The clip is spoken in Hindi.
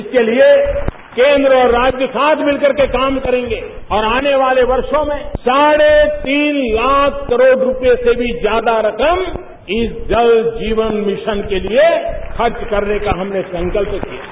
इसके लिए केन्द्र और राज्य साथ मिलकर के काम करेगे और आने वाले वर्षों में साढ़े तीन लाख करोड़ रूपये से भी ज्यादा रकम इस जल जीवन मिशन के लिए खर्च करने का हमने संकल्प लिया है